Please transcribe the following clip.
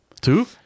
Two